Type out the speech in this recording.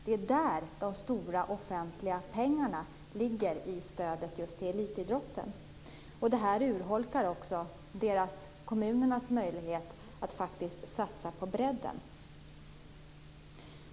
Det är där de stora offentliga pengarna ligger när det gäller stödet just till elitidrotten. Det här urholkar också kommunernas möjlighet att satsa på bredden.